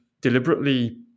deliberately